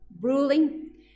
ruling